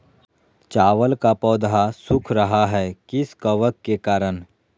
चावल का पौधा सुख रहा है किस कबक के करण?